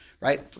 right